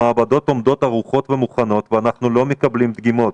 המעבדים עומדות ערוכות ומוכנות ואנחנו לא מקבלים דגימות.